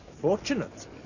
Fortunate